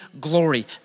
glory